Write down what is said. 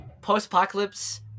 post-apocalypse